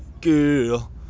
girl